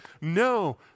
No